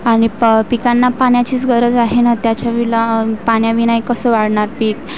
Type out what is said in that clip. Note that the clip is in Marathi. पाणी प पिकांना पाण्याचीच गरज आहे ना त्याच्याविना पाण्याविना कसं वाढणार पीक